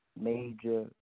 major